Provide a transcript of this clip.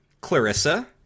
Clarissa